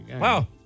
Wow